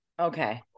Okay